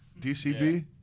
DCB